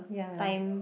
ya